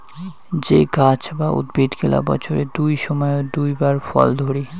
যে গাছ বা উদ্ভিদ গিলা বছরের দুই সময়ত দুই বার ফল ধরি